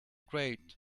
grate